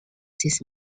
this